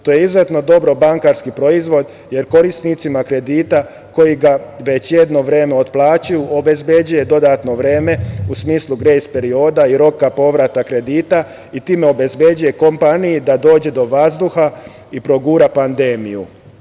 To je izuzetno dobar bankarski proizvod jer korisnicima kredita koji ga već jedno vreme otplaćuju obezbeđuje dodatno vreme u smislu grejs perioda i roka povrata kredita i time obezbeđuje kompaniji da dođe do vazduha i progura pandemiju.